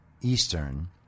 Eastern